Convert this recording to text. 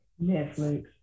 Netflix